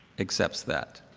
accepts that.